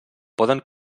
poden